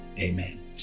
amen